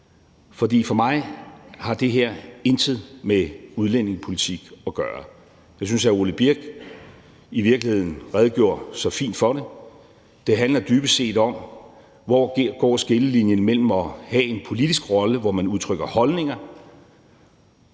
for mig intet har med udlændingepolitik at gøre. Jeg synes, hr. Ole Birk Olesen i virkeligheden redegjorde så fint for det. Det handler dybest set om, hvor skillelinjen går mellem at have en politisk rolle, hvor man udtrykker holdninger,